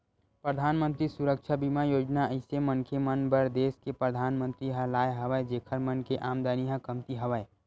परधानमंतरी सुरक्छा बीमा योजना अइसन मनखे मन बर देस के परधानमंतरी ह लाय हवय जेखर मन के आमदानी ह कमती हवय